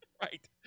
Right